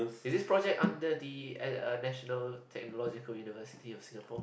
is this project under the National Technological University of Singapore